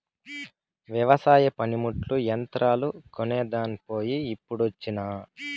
వెవసాయ పనిముట్లు, యంత్రాలు కొనేదాన్ పోయి ఇప్పుడొచ్చినా